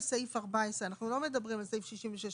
סעיף 14. אנחנו לא מדברים על סעיף 66(א).